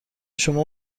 شما